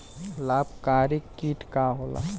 लाभकारी कीट का होला?